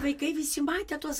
vaikai visi matė tuos